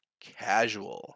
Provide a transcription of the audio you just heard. casual